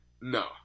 No